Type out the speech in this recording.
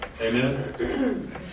Amen